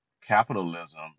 Capitalism